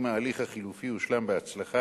אם ההליך החלופי הושלם בהצלחה,